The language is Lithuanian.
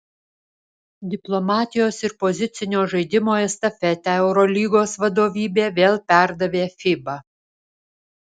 diplomatijos ir pozicinio žaidimo estafetę eurolygos vadovybė vėl perdavė fiba